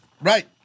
Right